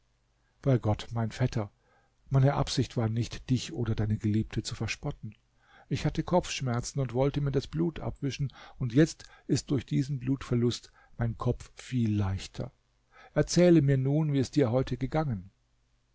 bei gott mein vetter meine absicht war nicht dich oder deine geliebte zu verspotten ich hatte kopfschmerzen und wollte mir das blut abwischen und jetzt ist durch diesen blutverlust mein kopf viel leichter erzähle mir nun wie es dir heute gegangen